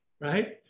right